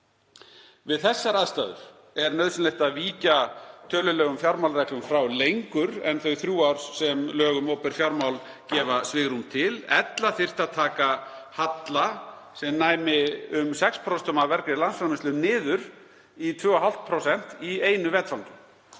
Við þessar aðstæður er nauðsynlegt að víkja tölulegum fjármálareglum frá lengur en þau þrjú ár sem lög um opinber fjármál gefa svigrúm til. Ella þyrfti að taka halla sem næmi um 6% af vergri landsframleiðslu niður í 2,5% í einu vetfangi.